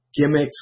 gimmicks